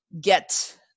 get